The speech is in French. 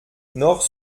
nort